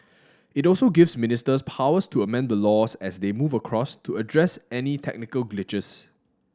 it also gives ministers powers to amend the laws as they move across to address any technical glitches